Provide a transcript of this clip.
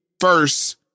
first